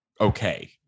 okay